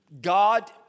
God